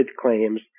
claims